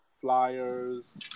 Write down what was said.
flyers